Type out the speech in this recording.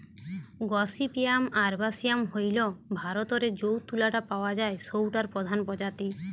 gossypium arboreum হইল ভারতরে যৌ তুলা টা পাওয়া যায় সৌটার প্রধান প্রজাতি